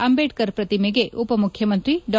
ಅಂಬೇಡ್ಕರ್ ಪ್ರತಿಮೆಗೆ ಉಪಮುಖ್ಯಮಂತ್ರಿ ಡಾ